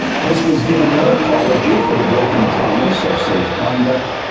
hus was given no apology for the broken promise of safe conduct.